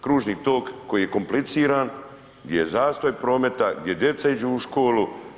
Kružni tok koji je kompliciran, gdje je zastoj prometa, gdje djeca idu u školu.